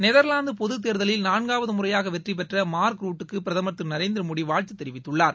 நெதர்வாந்து பொது தேர்தலில் நான்காவது முறையாக வெற்றி பெற்ற மார்க் ரூட்க்கு பிரதமர் திரு நநேர்திர மோடி வாழ்த்து தெரிவித்துள்ளார்